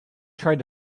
tried